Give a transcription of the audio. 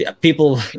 People